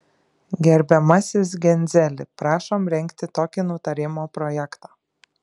gerbiamasis genzeli prašom rengti tokį nutarimo projektą